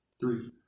Three